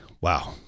Wow